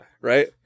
right